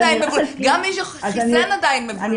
גם מי שחיסן עדיין מבולבל.